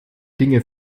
dinge